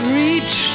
reach